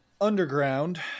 underground